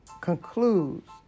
concludes